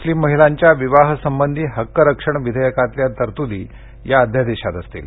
मुस्लीम महिलांच्या विवाह संबंधी हक्क रक्षण विधेयकातल्या तरतुदी या अध्यादेशात असतील